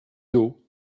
d’eau